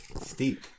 steep